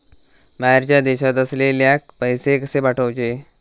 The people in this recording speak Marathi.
बाहेरच्या देशात असलेल्याक पैसे कसे पाठवचे?